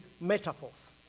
metaphors